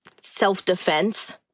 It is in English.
self-defense